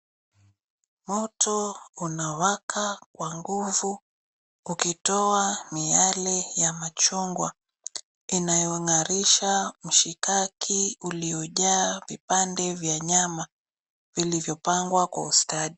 Moto unawaka kwa nguvu ukitoa miale ya machungwa inayo ng'arisha mishkaki uliojaa vipande vya nyama vilivyopangwa kwa ustadi.